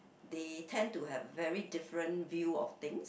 they tend to have very different view of things